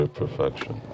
perfection